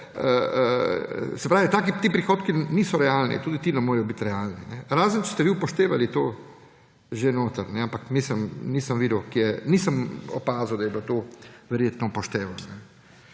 Se pravi, ti prihodki niso realni, tudi ti ne morejo biti realni, razen, če ste upoštevali to že notri. ampak nisem videl kje, nisem opazil, da je bilo to verjetno upoštevano.